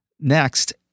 Next